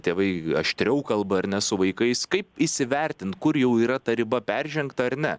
tėvai aštriau kalba ar ne su vaikais kaip įsivertint kur jau yra ta riba peržengta ar ne